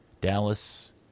Dallas